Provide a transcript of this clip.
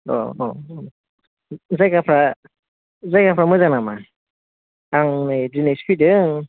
ओ औ जायगाफ्रा जायगाफ्रा मोजां नामा आं नै दोनैसो फैदों